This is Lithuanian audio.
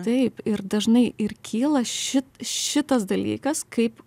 taip ir dažnai ir kyla ši šitas dalykas kaip